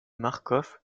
marcof